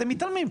אתם מתעלמים.